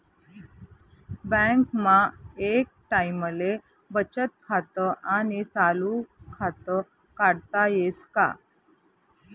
बँकमा एक टाईमले बचत खातं आणि चालू खातं काढता येस का?